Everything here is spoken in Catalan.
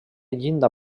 llinda